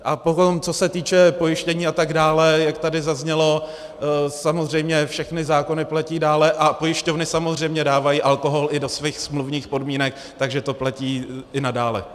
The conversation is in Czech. A potom, co se týče pojištění a tak dále, jak tady zaznělo, samozřejmě všechny zákony platí dále a pojišťovny samozřejmě dávají alkohol i do svých smluvních podmínek, takže to platí i nadále.